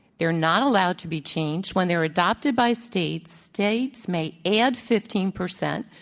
they're not allowed to be changed. when they're adopted by states, states may add fifteen percent,